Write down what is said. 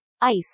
ice